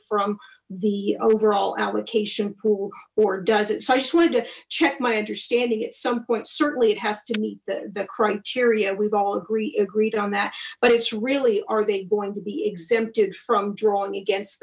from the overall allocation pool or does it socially to check my understanding at some point certainly it has to meet the criteria we've all agreed agreed on that but it's really are they going to be exempted from drawing against